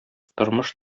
тормыш